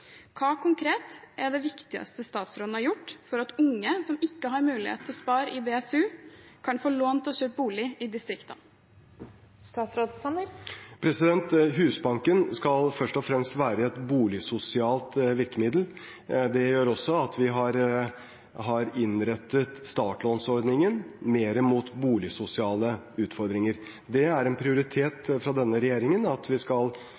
Hva konkret er det viktigste statsråden har gjort for at unge som ikke har mulighet til å spare i BSU, kan få lån til å kjøpe bolig i distriktene? Husbanken skal først og fremst være et boligsosialt virkemiddel. Det gjør også at vi har innrettet startlånsordningen mer mot boligsosiale utfordringer. Det er en prioritet fra denne regjeringen at vi skal